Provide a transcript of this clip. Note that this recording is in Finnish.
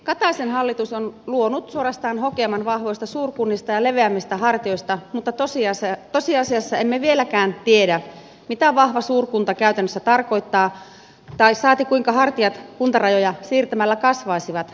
kataisen hallitus on luonut suorastaan hokeman vahvoista suurkunnista ja leveämmistä hartioista mutta tosiasiassa emme vieläkään tiedä mitä vahva suurkunta käytännössä tarkoittaa saati kuinka hartiat kuntarajoja siirtämällä kasvaisivat